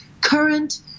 current